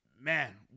man